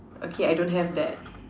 okay I don't have that